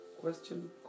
Question